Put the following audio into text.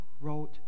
wrote